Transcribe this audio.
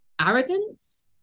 arrogance